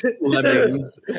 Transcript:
lemons